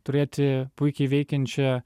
turėti puikiai veikiančią